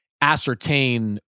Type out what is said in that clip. ascertain